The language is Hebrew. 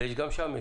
וגם שם יש.